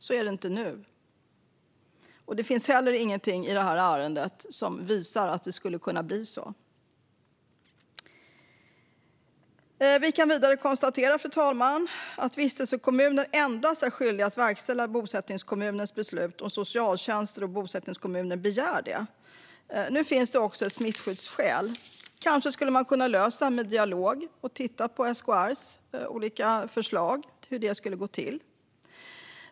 Så är det inte nu, och det finns heller ingenting i detta ärende som visar att det skulle kunna bli så. Vi kan vidare konstatera, fru talman, att vistelsekommuner endast är skyldiga att verkställa bosättningskommunens beslut om socialtjänsten och bosättningskommunen begär det. Nu finns det också ett smittskyddsskäl. Kanske kunde man ha löst detta med dialog och tittat på SKR:s olika förslag på hur det skulle gå till.